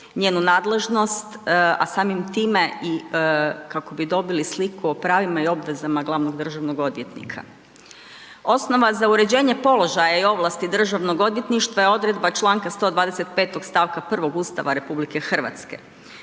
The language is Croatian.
njenu nadležnost, a samim time i kako bi dobili sliku o pravima i obvezama glavnog državnog odvjetnika. Osnova za uređenje položaja i ovlasti Državnog odvjetništva je odredba Članka 125. stavka 1. Ustava RH.